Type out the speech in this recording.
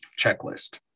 checklist